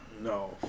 No